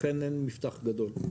לכן אין מפתח גדול.